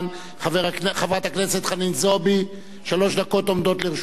חברת הכנסת חנין זועבי, שלוש דקות עומדות לרשותך.